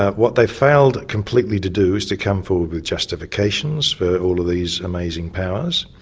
what they failed completely to do is to come forward with justifications for all of these amazing powers.